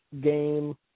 game